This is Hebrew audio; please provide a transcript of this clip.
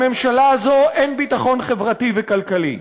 בממשלה הזאת אין ביטחון חברתי וכלכלי.